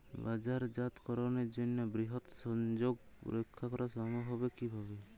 বাজারজাতকরণের জন্য বৃহৎ সংযোগ রক্ষা করা সম্ভব হবে কিভাবে?